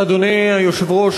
אדוני היושב-ראש,